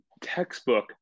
textbook